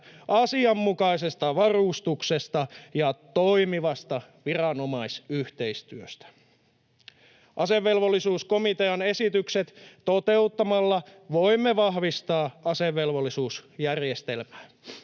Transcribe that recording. asianmukaisesta varustuksesta ja toimivasta viranomaisyhteistyöstä. Asevelvollisuuskomitean esitykset toteuttamalla voimme vahvistaa asevelvollisuusjärjestelmää.